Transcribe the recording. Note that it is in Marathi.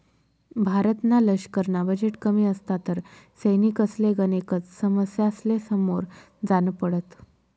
भारतना लशकरना बजेट कमी असता तर सैनिकसले गनेकच समस्यासले समोर जान पडत